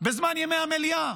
בזמן ימי המליאה.